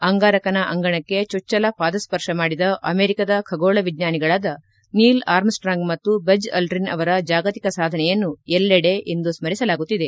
ಅಂಗಾರಕನ ಅಂಗಣಕ್ಕೆ ಚೊಚ್ಚಲ ಪಾದಸ್ಪರ್ಶ ಮಾಡಿದ ಅಮೆರಿಕದ ಖಗೋಳ ವಿಜ್ವಾನಿಗಳಾದ ನೀಲ್ ಆರ್ಮ್ಸ್ವಾಂಗ್ ಮತ್ತು ಬಜ್ ಅಲ್ಲಿನ್ ಅವರ ಜಾಗತಿಕ ಸಾಧನೆಯನ್ನು ಎಲ್ಲೆಡೆ ಇಂದು ಸ್ಪರಿಸಲಾಗುತ್ತಿದೆ